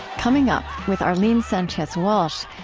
coming up, with arlene sanchez-walsh,